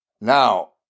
Now